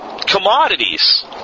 Commodities